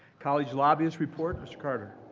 college lobbyist report. mr. carter.